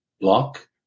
Block